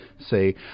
say